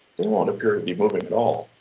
they won't appear to be moving at all.